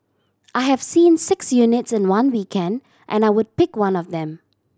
I have seen six units in one weekend and I would pick one of them